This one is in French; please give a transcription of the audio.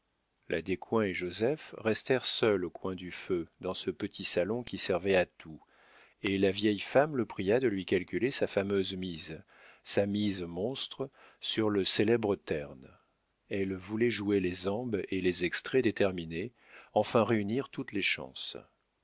la descoings et joseph restèrent seuls au coin du feu dans ce petit salon qui servait à tout et la vieille femme le pria de lui calculer sa fameuse mise sa mise monstre sur le célèbre terne elle voulait jouer les ambes et les extraits déterminés enfin réunir toutes les chances